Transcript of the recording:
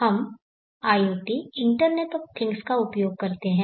हम IoT internet of things का उपयोग करते हैं